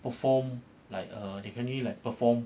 perform like err they can only like perform